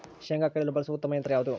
ಶೇಂಗಾ ಕೇಳಲು ಬಳಸುವ ಉತ್ತಮ ಯಂತ್ರ ಯಾವುದು?